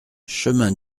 chemin